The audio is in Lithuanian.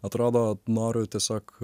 atrodo noriu tiesiog